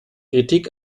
kritik